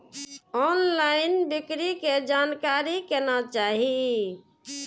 Online बिक्री के जानकारी केना चाही?